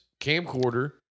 camcorder